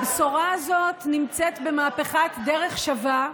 הבשורה הזאת נמצאת במהפכת "דרך שווה",